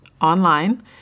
online